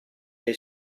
dei